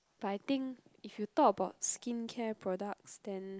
but I think if you talk about skincare products then